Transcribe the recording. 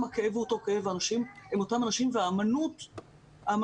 הכאב הוא אותו כאב והאנשים הם אותם אנשים והאמנות הזאת,